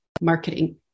marketing